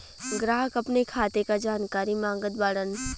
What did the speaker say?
ग्राहक अपने खाते का जानकारी मागत बाणन?